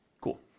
Cool